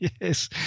Yes